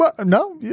No